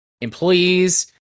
employees